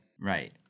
Right